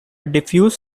diffuse